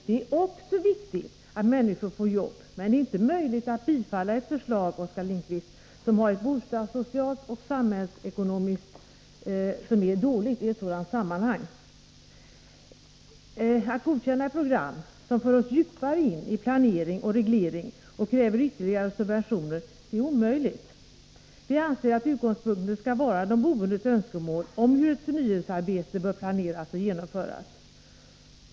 Det är viktigt att människor får arbete, men det är inte möjligt att bifalla ett förslag, Oskar Lindkvist, som är dåligt både i bostadssocialt och ekonomiskt hänseende. Det är omöjligt att godkänna ett program som för oss djupare in i planering och reglering och som kräver ytterligare subventioner. Vi anser att utgångspunkten skall vara de boendes önskemål om hur ett förnyelsearbete bör planeras och genomföras.